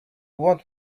want